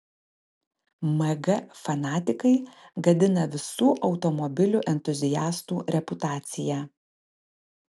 mg fanatikai gadina visų automobilių entuziastų reputaciją